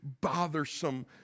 bothersome